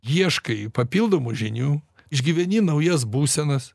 ieškai papildomų žinių išgyveni naujas būsenas